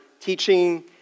teaching